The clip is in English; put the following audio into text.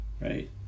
right